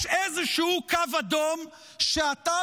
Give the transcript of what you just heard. יש איזשהו קו אדום שאתה